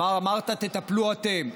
אמרת: תטפלו אתם.